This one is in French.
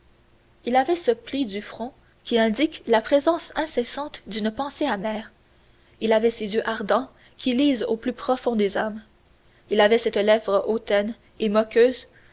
il avait ce pli du front qui indique la présence incessante d'une pensée amère il avait ces yeux ardents qui lisent au plus profond des âmes il avait cette lèvre hautaine et moqueuse